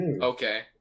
Okay